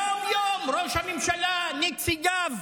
יום-יום ראש הממשלה, נציגיו,